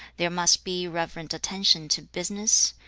there must be reverent attention to business,